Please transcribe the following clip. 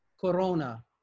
corona